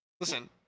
Listen